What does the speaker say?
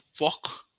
Walk